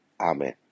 Amen